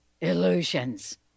illusions